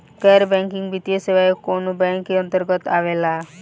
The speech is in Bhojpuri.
गैर बैंकिंग वित्तीय सेवाएं कोने बैंक के अन्तरगत आवेअला?